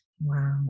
wow